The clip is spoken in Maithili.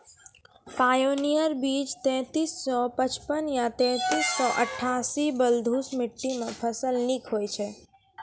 पायोनियर बीज तेंतीस सौ पचपन या तेंतीस सौ अट्ठासी बलधुस मिट्टी मे फसल निक होई छै?